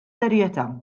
serjetà